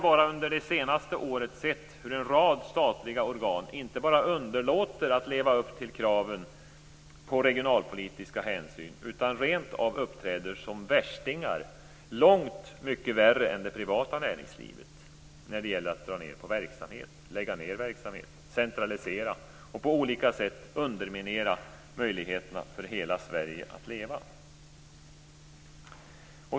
Bara under det senaste året har vi sett hur en rad statliga organ inte bara underlåter att leva upp till kraven på regionalpolitiska hänsyn utan rent av uppträder som värstingar, långt mycket värre än det privata näringslivet, när det gäller att dra ned på verksamhet, lägga ned verksamhet, centralisera och på olika sätt underminera möjligheterna för hela Sverige att leva.